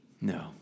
No